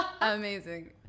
Amazing